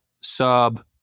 sub